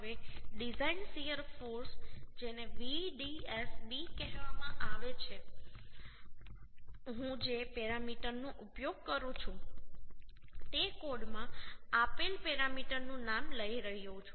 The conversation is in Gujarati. હવે ડિઝાઇન શીયર ફોર્સ જેને Vdsb કહેવામાં આવે છે હું જે પેરામીટરનો ઉપયોગ કરું છું તે કોડમાં આપેલ પેરામીટરનું નામ લઈ રહ્યો છું